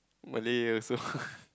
Malay also